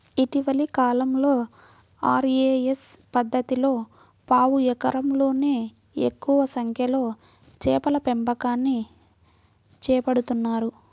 ఇటీవలి కాలంలో ఆర్.ఏ.ఎస్ పద్ధతిలో పావు ఎకరంలోనే ఎక్కువ సంఖ్యలో చేపల పెంపకాన్ని చేపడుతున్నారు